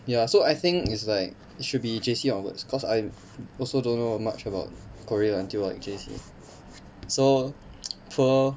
ya so I think is like should be J_C onwards cause I also don't know much about korea until like J_C so poor